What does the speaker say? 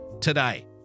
Today